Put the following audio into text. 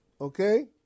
okay